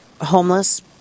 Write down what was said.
homeless